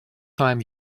time